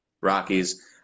Rockies